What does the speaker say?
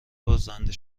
بازنده